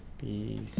b